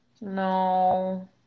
No